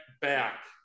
back